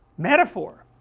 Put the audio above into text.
metaphor,